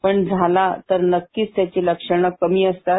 पण झालाच तर नक्कीच त्याची लक्षणं कमी असतात